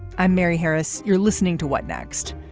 i'm mary harris. you're listening to what next.